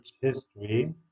history